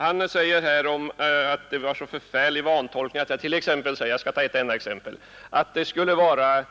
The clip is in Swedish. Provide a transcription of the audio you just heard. Herr Sjönell säger att det var en så förfärlig vantolkning när jag — jag skall ta ett enda exempel — sade att det skulle vara